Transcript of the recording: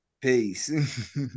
Peace